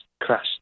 crash